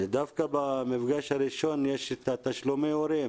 דווקא במפגש הראשון יש את תשלומי ההורים